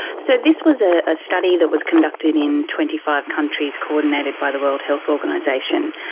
so this was a ah study that was conducted in twenty five countries coordinated by the world health organisation,